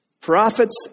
prophets